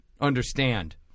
understand